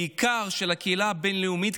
בעיקר של הקהילה הבין-לאומית,